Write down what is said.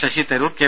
Sasi Tharoor K